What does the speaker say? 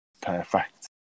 Perfect